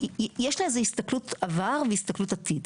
יש לה איזה הסתכלות עבר והסתכלות עתיד.